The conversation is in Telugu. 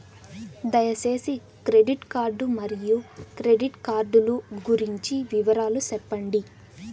దయసేసి క్రెడిట్ కార్డు మరియు క్రెడిట్ కార్డు లు గురించి వివరాలు సెప్పండి?